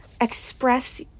express